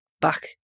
back